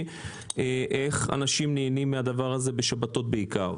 איך אנשים נהנים מהדבר הזה בשבתות בעיקר.